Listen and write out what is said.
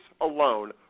alone